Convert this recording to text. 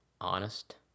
honest